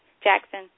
Jackson